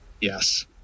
Yes